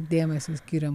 dėmesio skiriam